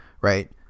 right